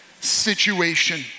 situation